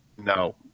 No